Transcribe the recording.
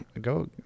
go